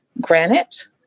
granite